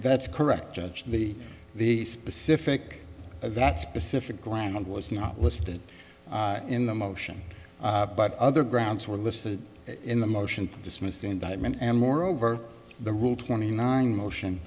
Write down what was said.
that's correct judge to be the specific that specific language was not listed in the motion but other grounds were listed in the motion dismissed indictment and moreover the rule twenty nine motion